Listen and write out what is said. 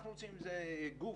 אנחנו רוצים איזה גוף,